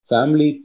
Family